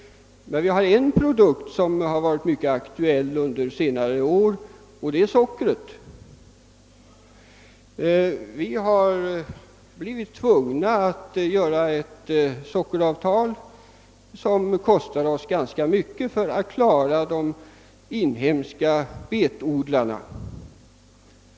Men vi har en produkt som varit mycket aktuell under senare år, och det är sockret. Vi har blivit tvungna att upprätta ett inhemskt sockeravtal, som kostar oss ganska mycket, för att klara situationen för våra egna betodlare.